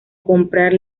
comprar